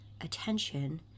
attention